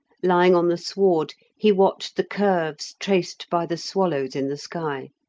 lying on the sward he watched the curves traced by the swallows in the sky.